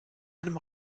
einem